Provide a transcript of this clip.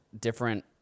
different